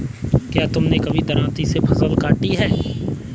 क्या तुमने कभी दरांती से फसल काटी है?